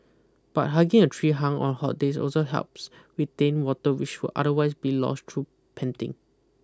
but hugging a tree hunk our hot days also helps retain water which would otherwise be lost through panting